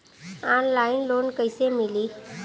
Online loan कइसे मिली?